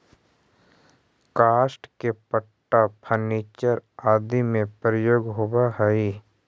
काष्ठ के पट्टा फर्नीचर आदि में प्रयोग होवऽ हई